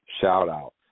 shout-out